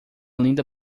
linda